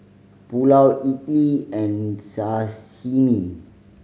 Pulao Idili and Sashimi